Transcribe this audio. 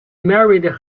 married